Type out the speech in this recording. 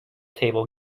table